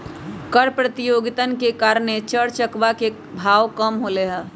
कर प्रतियोगितवन के कारण चर चकवा के भाव कम होलय है